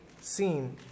seen